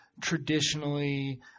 traditionally